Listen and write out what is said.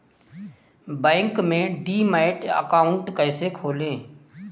Bank में demat account कैसे खोलें?